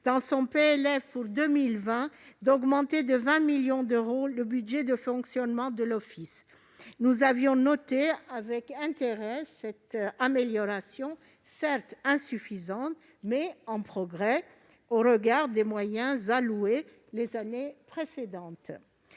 dans son PLF pour 2020 d'augmenter de 20 millions d'euros le budget de fonctionnement de l'Office. Nous avions noté avec intérêt cette amélioration, certes insuffisante, mais qui constituait un progrès au regard des moyens alloués les années précédentes.